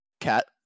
Cat